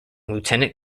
lieutenant